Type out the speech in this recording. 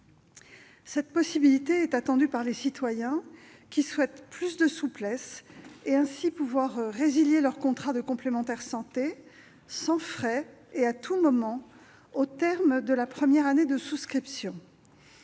Cette possibilité est attendue par nos concitoyens, qui souhaitent obtenir davantage de souplesse et ainsi pouvoir résilier leur contrat de complémentaire santé sans frais et à tout moment au terme de la première année de souscription.